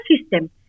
system